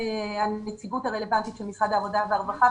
הנציגות הרלוונטית של משרד העבודה והרווחה.